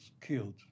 killed